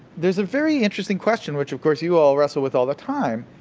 there's a very interesting question, which of course, you all wrestle with all the time,